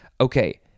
Okay